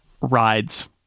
rides